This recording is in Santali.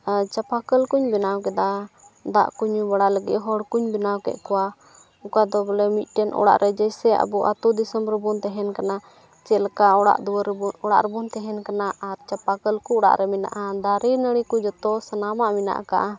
ᱟᱨ ᱪᱟᱯᱟ ᱠᱚᱞ ᱠᱚᱧ ᱵᱮᱱᱟᱣ ᱠᱮᱫᱟ ᱫᱟᱜ ᱠᱚ ᱧᱩ ᱵᱟᱲᱟ ᱞᱟᱹᱜᱤᱫ ᱦᱚᱲᱠᱚᱧ ᱵᱮᱱᱟᱣ ᱠᱮᱫ ᱠᱚᱣᱟ ᱚᱠᱟ ᱫᱚ ᱵᱚᱞᱮ ᱢᱤᱫᱴᱮᱱ ᱚᱲᱟᱜ ᱨᱮ ᱡᱮᱭᱥᱮ ᱟᱵᱚ ᱟᱹᱛᱩ ᱫᱤᱥᱚᱢ ᱨᱮᱵᱚᱱ ᱛᱟᱦᱮᱱ ᱠᱟᱱᱟ ᱪᱮᱫ ᱞᱮᱠᱟ ᱚᱲᱟᱜ ᱫᱩᱣᱟᱹᱨ ᱵᱚ ᱚᱲᱟᱜ ᱨᱮᱵᱚᱱ ᱛᱟᱦᱮᱱ ᱠᱟᱱᱟ ᱟᱨ ᱪᱟᱯᱟ ᱠᱚᱞ ᱠᱚ ᱚᱲᱟᱜ ᱨᱮ ᱢᱮᱱᱟᱜᱼᱟ ᱫᱟᱨᱮ ᱱᱟᱹᱲᱤ ᱠᱚ ᱡᱚᱛᱚ ᱥᱟᱱᱟᱢᱟᱜ ᱢᱮᱱᱟᱜ ᱠᱟᱜᱼᱟ